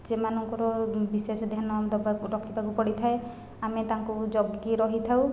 ସେମାନଙ୍କର ବିଶେଷ ଧ୍ୟାନ ଦେବାକୁ ରଖିବାକୁ ପଡ଼ିଥାଏ ଆମେ ତାଙ୍କୁ ଜଗିକି ରହିଥାଉ